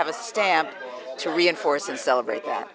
have a stamp to reinforce and celebrate that